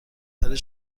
برای